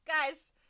guys